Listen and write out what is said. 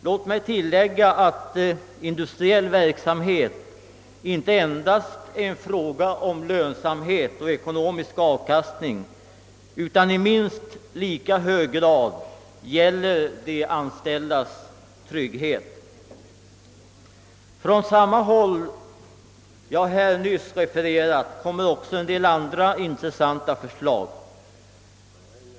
Jag vill tillägga att industriell verksamhet inte bara är en fråga om lönsamhet och ekonomisk avkastning utan i minst lika hög grad gäller de anställdas trygghet. Från samma håll som jag här nyss refererat kommer också en del andra intressanta förslag.